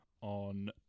on